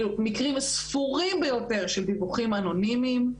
אולי מקרים ספורים ביותר של דיווחים אנונימיים.